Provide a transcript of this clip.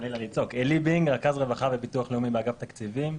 אני רכז רווחה וביטוח לאומי באגף תקציבים.